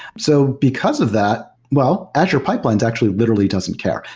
so because of that, well, azure pipelines actually literally doesn't care.